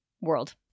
world